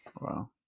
Wow